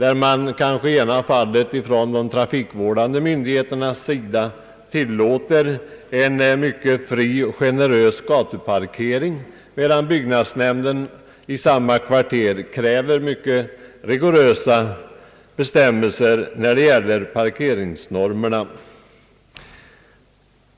I vissa fall kanske de trafikvårdande myndigheterna tillåter en mycket fri och generös gatuparkering, medan byggnadsnämnden för samma kvarter kräver mycket rigorösa parkeringsnormer.